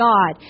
God